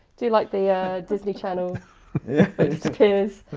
do like the disney channel, it just appears.